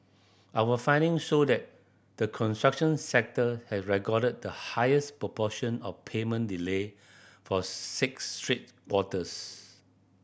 our findings show that the construction sector has recorded the highest proportion of payment delay for six straight quarters